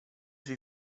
sui